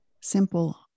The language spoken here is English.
simple